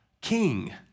king